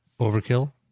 Overkill